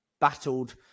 battled